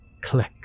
Click